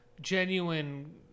genuine